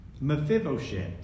Mephibosheth